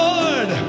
Lord